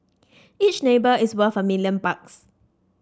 each neighbour is worth a million bucks